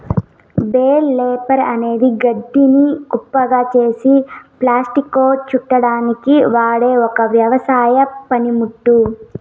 bale wrapper అనేది గడ్డిని కుప్పగా చేసి ప్లాస్టిక్లో చుట్టడానికి వాడె ఒక వ్యవసాయ పనిముట్టు